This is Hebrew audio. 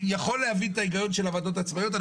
להבין את ההיגיון של הוועדות העצמאיות.